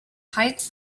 height